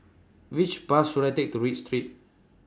Which Bus should I Take to Read Street